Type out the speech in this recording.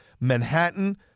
Manhattan